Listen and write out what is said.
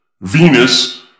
Venus